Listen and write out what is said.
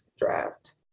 draft